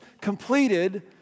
completed